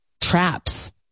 traps